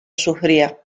sufría